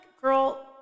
girl